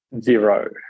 Zero